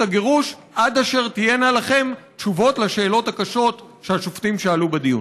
הגירוש עד אשר תהיינה לכם תשובות לשאלות הקשות שהשופטים שאלו בדיון.